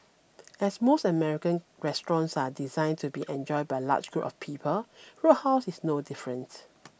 as most American restaurants are designed to be enjoyed by large groups of people Roadhouse is no different